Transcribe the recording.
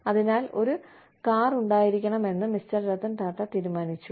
അതിനാൽ ഒരു കാർ ഉണ്ടായിരിക്കണമെന്ന് മിസ്റ്റർ രത്തൻ ടാറ്റ തീരുമാനിച്ചു